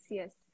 yes